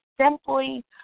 Simply